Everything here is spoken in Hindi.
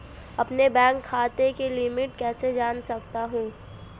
अपने बैंक खाते की लिमिट कैसे जान सकता हूं?